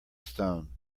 stone